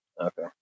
Okay